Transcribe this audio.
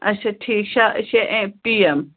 اچھا ٹھیٖک شَیٚے شَیٚے اے پی ایم